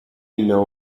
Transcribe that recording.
know